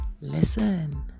Listen